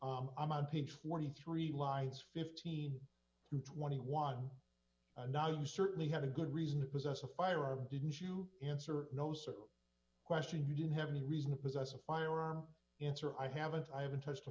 rock i'm on page forty three lines fifteen to twenty one and now you certainly have a good reason to possess a firearm didn't you answer no sir question you didn't have any reason to possess a firearm answer i haven't i haven't touched a